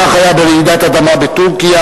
כך היה ברעידת האדמה בטורקיה,